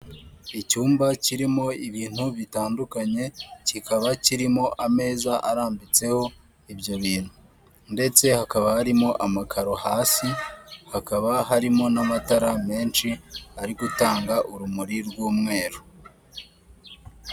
Icyumba kirimo ibintu bitandukanye, kikaba kirimo ameza arambitseho ibyo bintu. Ndetse hakaba harimo amakaro hasi, hakaba harimo n'amatara menshi ari gutanga urumuri rw'umweru.